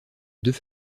deux